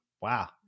wow